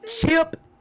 Chip